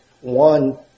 one